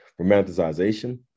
romanticization